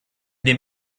dem